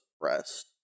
rest